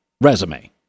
Resume